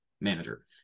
manager